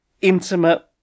intimate